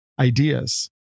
ideas